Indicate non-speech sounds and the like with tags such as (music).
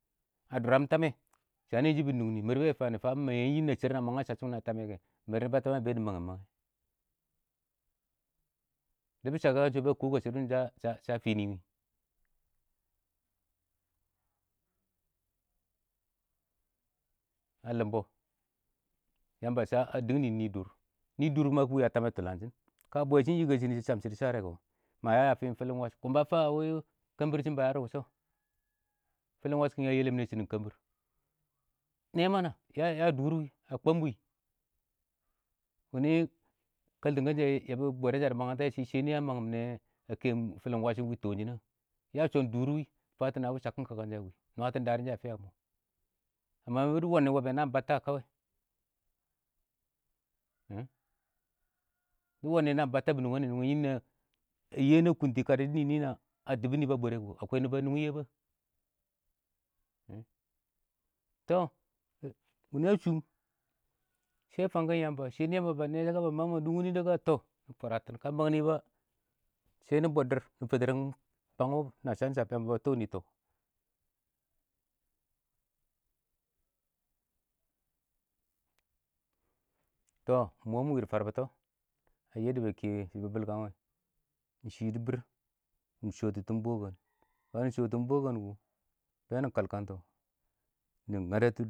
﻿a dʊram tamɛ, mɛr shɪbɪ nungni, shɪ bɛ fanɪ fawɛ,a mang nɪ yɪn shɛr na mangɛ shashɪm bɪnɪ a tamɛ kɛ, mɛr nɪbɔ a tamɛ bɛ dɪ mangnɪ mangɛ, dɪ bɪ shakɛ ka bɛ sha kɔ shɪdɔn da sha fɪnɪ wɪ, a lɪmbɔ, Yamba a sha dɪng nɪ nɪ dʊr, nɪ dʊr kʊma kɪ wɪ a tamɛ tʊlanshɪn, ka bwɛ shɪn yike shɪnɪ shɪ shab shɪdɔ sharɛ kɔ, ma ya ya fɪlɪn wash, kɔn ba fa a wɪ kembir shɪn, ba yadɪ wʊshɔ. fɪlɪn wash kɪngɛ a yɛlɛm nɛ shɪdɔn kəmbir, nɛ mana ya dʊʊr wɪ, ya kɔm wɪ, wɪ nɪ kaltɪngɛn shɛ yɛ bɪ Bwɛdan sha ɪng shɪ dɪ mang tɔ wɛ, shɪ shɛ nɪ a mangɪm nɛ, a kɛɛn wɪ fɪlɪn wash wɪ toon shɪn na?, ya shɔn dʊr wɪ, fatɪn a wɪ shakkɪn sha kaka wɪ wɪ, nwatɪn dadɪn shɛ, (unintelligible) bɪ wɛnnɪ wɛbɛ naan battæ (unintelligible) bɪ wɛnnɪ naan batta bɪ nungannɪ, yɪn a yɪyɛ na kʊntɪ, ka dɪ nɪnɪ a dʊbʊnɪ bʊ a bʊrɛ kʊ, a kwaɪ nɪbɔ ba nʊng Yebu? Tɔ wʊnɪ a shʊʊm,shɛ fangkɪn Yamba, shɛ nɪ Yamba ba nɛ dɛ, ka ba mangɪn mang dʊngʊm wɪ nɪ a, ka ba mang dɔ, shɛ nɪ bɔb dɪrr, nɪ fɛtirɛng bang wɔ na shasham, Yamba ba tɔnɪ tɔ. tɔ ɪng mɔ wɪ dɪ farbʊtɔ, a yɛddɛ ba kɛ wɪ, shɪ bɪlkɪkan, nɪ yɪdɪ bɪɪr, nɪ shɔɔtʊ bɔkɔn, ka nɪ shɔ tʊm bɔkɔn kʊ, bɛ nɪ kalkangtɔ nɪ ngadatɔ dʊr.